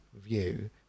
view